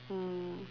mm